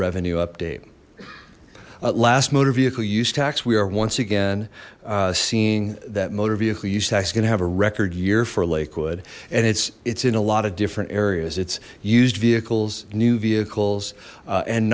revenue update last motor vehicle use tax we are once again seeing that motor vehicle use tax is going to have a record year for lakewood and it's it's in a lot of different areas it's used vehicles new vehicles and